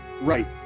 Right